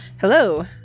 Hello